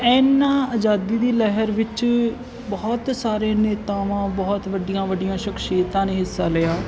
ਇਹਨਾਂ ਆਜ਼ਾਦੀ ਦੀ ਲਹਿਰ ਵਿੱਚ ਬਹੁਤ ਸਾਰੇ ਨੇਤਾਵਾਂ ਬਹੁਤ ਵੱਡੀਆਂ ਵੱਡੀਆਂ ਸ਼ਖਸ਼ੀਅਤਾਂ ਨੇ ਹਿੱਸਾ ਲਿਆ